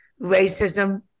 racism